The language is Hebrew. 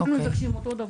אנחנו מבקשים את אותו הדבר.